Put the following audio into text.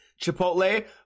chipotle